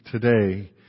today